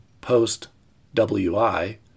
POST-WI